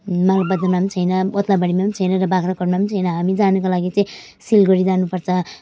मालबजारमा पनि छैन ओद्लाबाडीमा पनि छैन र बाग्राकोटमा पनि छैन हामी जानुको लागि चाहिँ सिलगडी जानुपर्छ